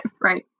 Right